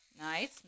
nice